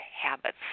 Habits